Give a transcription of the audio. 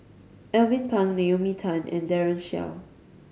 Alvin Pang Naomi Tan and Daren Shiau